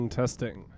testing